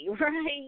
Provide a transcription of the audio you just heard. right